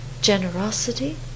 generosity